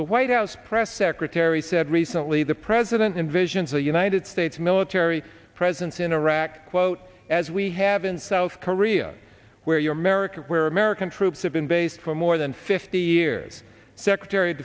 the white house press secretary said recently the president envisions the united states military presence in iraq quote as we have in south korea where your america where american troops have been based for more than fifty years secretary of